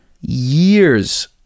years